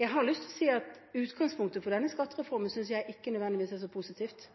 Jeg har lyst til å si at utgangspunktet for denne skattereformen synes jeg ikke nødvendigvis er så positivt.